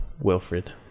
Wilfred